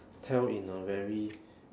tell in a very